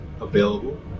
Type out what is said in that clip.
available